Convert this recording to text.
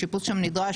השיפוץ שם נדרש,